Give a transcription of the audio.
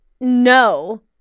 no